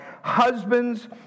Husbands